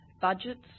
Budgets